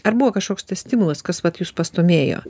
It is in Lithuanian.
ar buvo kažkoks tai stimulas kas vat jus pastūmėjo